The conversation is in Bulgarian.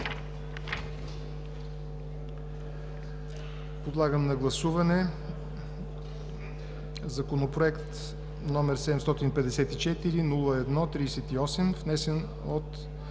Подлагам на гласуване Законопроект № 754-01-38, внесен от